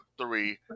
three